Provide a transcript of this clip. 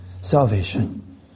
salvation